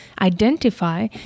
identify